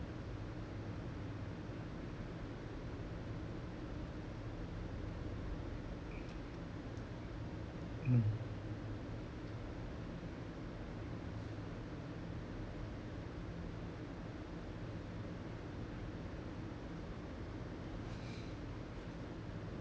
mm